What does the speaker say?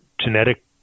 genetic